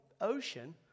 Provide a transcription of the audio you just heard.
ocean